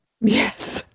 Yes